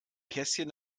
kästchen